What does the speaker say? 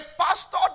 pastor